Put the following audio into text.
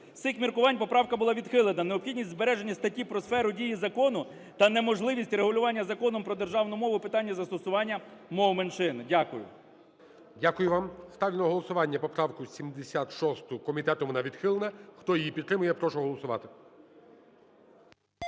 З цих міркувань поправка була відхилена. Необхідність збереження статті про сферу дії закону та неможливість регулювання Законом про державну мову питання застосування мов меншини. Дякую. ГОЛОВУЮЧИЙ. Дякую вам. Ставлю на голосування поправку 76, комітетом вона відхилена. Хто її підтримує, я прошу голосувати.